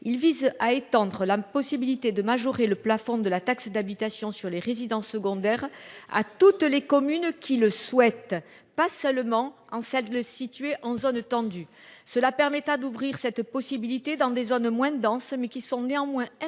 il vise à étendre la possibilité de majorer le plafond de la taxe d'habitation sur les résidences secondaires à toutes les communes qui le souhaitent, pas seulement en salle le situé en zone tendue. Cela permettra d'ouvrir cette possibilité dans des zones moins denses mais qui sont néanmoins. Par le